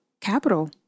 capital